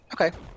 Okay